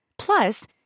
Plus